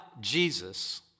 Jesus